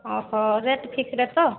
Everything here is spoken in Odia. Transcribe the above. ଅ ହ ରେଟ୍ ଫିକ୍ସ୍ ରେଟ୍ ତ